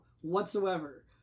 whatsoever